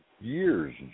years